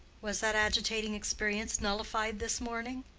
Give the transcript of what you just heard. was that agitating experience nullified this morning?